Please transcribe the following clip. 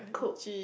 cook